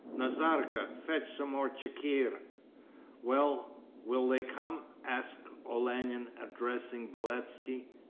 nazarka, fetch some more chikhir well, will they come asked olenin, addressing beletski.